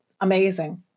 amazing